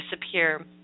disappear